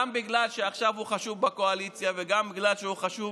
גם בגלל שעכשיו הוא חשוב בקואליציה וגם בגלל שהוא חשוב